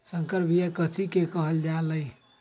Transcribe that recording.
संकर बिया कथि के कहल जा लई?